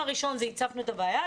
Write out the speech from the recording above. בדיון הראשון הצפנו את הבעיה.